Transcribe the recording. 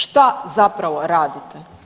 Šta zapravo radite?